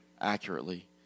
accurately